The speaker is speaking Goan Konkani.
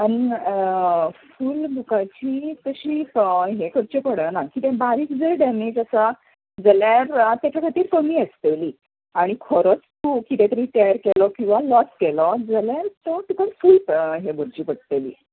आनी फूल बुकाची तशी हे करची पडना कितें बारीक जर डॅमेज आसा जाल्यार तेचे खातीर कमी आसतली आनी खरोच तूं कितें तरी टेर केलो वा लाॅस केलो जाल्यार तो तुका फूल हें भरची पडटली